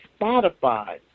Spotify